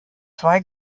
zwei